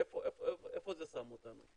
איפה זה שם אותנו?